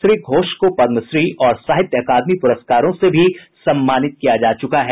श्री घोष को पद्मश्री और साहित्य अकादमी प्रस्कारों से भी सम्मानित किया जा चुका है